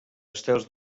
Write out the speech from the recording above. estels